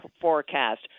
forecast